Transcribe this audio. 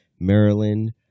Maryland